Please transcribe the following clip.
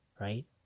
right